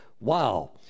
wow